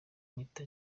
mpita